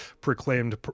proclaimed